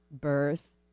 birth